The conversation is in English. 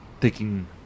taking